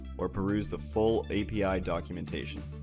or peruse the full api documentation.